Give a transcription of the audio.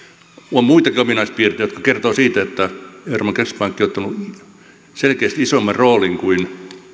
on muitakin ominaispiirteitä jotka kertovat siitä että euroopan keskuspankki on ottanut selkeästi isomman roolin kuin